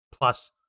plus